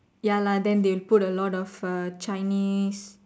ya lah then they put a lot of uh Chinese